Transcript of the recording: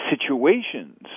situations